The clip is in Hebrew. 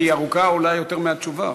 כי היא ארוכה אולי יותר מהתשובה.